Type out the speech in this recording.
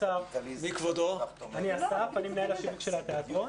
אני אסף, אני מנהל השיווק של התיאטרון.